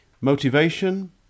motivation